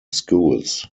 schools